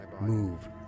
move